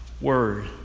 Word